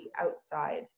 outside